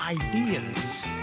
ideas